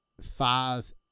five